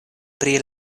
pri